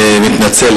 אני מתנצל,